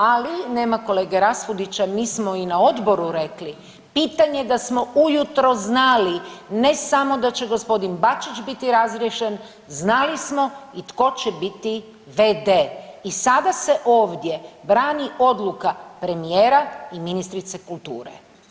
Ali nema kolege Raspudića, mi smo i na odboru rekli pitanje da smo u jutro znali ne samo da će gospodin Bačić biti razriješen, znali smo i tko će biti v.d. I sada se ovdje brani odluka premijera i ministrice kulture.